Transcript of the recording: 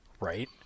Right